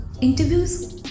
interviews